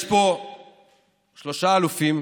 יש פה שלושה אלופים,